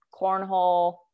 Cornhole